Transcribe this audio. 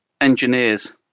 engineers